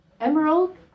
Emerald